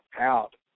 out